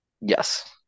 Yes